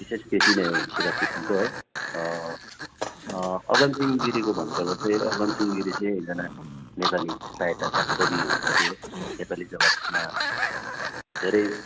विशेष त्यति नै हो सुवास घिसिङको है अगमसिँह गिरीको भन्नुपर्दा चाहिँ अगमसिँह गिरी चाहिँ एकजना नेपाली साहित्यका कवि हुनुहुन्थ्यो नेपाली जगतमा धेरै